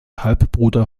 halbbruder